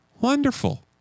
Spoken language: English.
wonderful